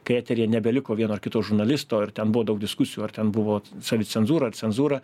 kai eteryje nebeliko vieno ar kito žurnalisto ir ten buvo daug diskusijų ar ten buvo savicenzūra ar cenzūra